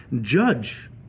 judge